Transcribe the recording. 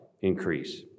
increase